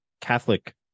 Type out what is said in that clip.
Catholic